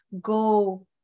go